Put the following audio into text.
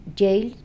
jail